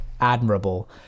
admirable